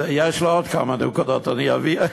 אז יש לו עוד כמה נקודות, אני אביא,